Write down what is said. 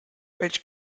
welch